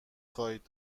خواهید